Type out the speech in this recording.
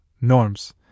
norms